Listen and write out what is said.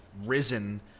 risen